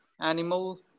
animal